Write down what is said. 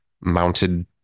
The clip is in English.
mounted